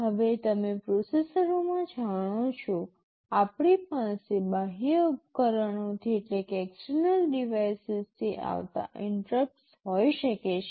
હવે તમે પ્રોસેસરોમાં જાણો છો આપણી પાસે બાહ્ય ઉપકરણોથી આવતા ઇન્ટરપ્ટસ હોઈ શકે છે